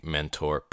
Mentor